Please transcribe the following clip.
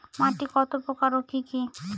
মাটি কত প্রকার ও কি কি?